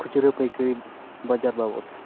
ᱠᱷᱩᱪᱨᱟᱹ ᱯᱟᱹᱭᱠᱟᱹᱨᱤ ᱵᱟᱡᱟᱨ ᱵᱟᱵᱚᱫ